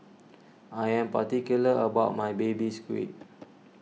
I am particular about my Baby Squid